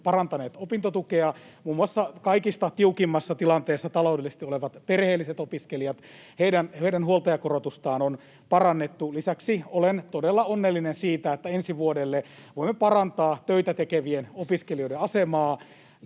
parantaneet opintotukea, muun muassa kaikista tiukimmassa tilanteessa taloudellisesti olevien perheellisten opiskelijoiden huoltajakorotusta on parannettu, ja lisäksi olen todella onnellinen siitä, että ensi vuodelle voimme parantaa töitä tekevien opiskelijoiden asemaa,